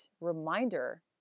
reminder